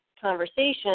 conversation